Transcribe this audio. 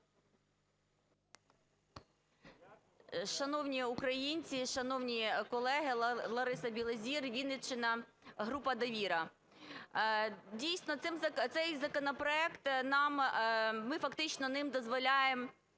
Шановні українці, шановні колеги! Лариса Білозір, Вінниччина, група "Довіра". Дійсно, цей законопроект ми фактично ним дозволяємо